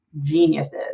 geniuses